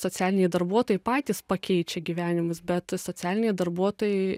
socialiniai darbuotojai patys pakeičia gyvenimus bet socialiniai darbuotojai